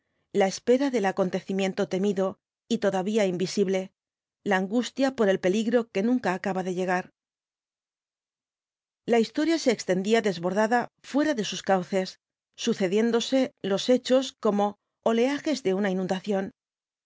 la espera del acontecimiento temido y todavía invisible la angustia por el peligro que nunca acaba de llegar la historia se extendía desbordada fuera de sus cauíes sucediéndose los hechos como los oleajes de una inundación